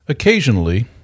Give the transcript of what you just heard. Occasionally